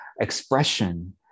expression